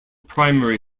primary